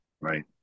right